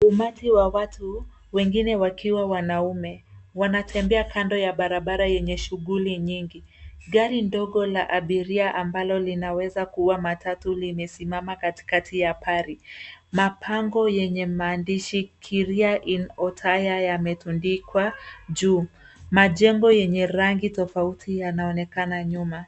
Umati wa watu, wengine wakiwa wanaume wanatembea kando ya barabara yenye shuguli nyingi. Gari ndogo la abiria ambalo linaweza kuwa matatu limesimama katikati ya pari. Mabango yenye maandishi cs[Kiria-Ini Othaya]cs yametundikwa juu. Majengo yenye rangi tofauti yanaonekana nyuma.